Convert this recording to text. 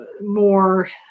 more